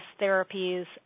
therapies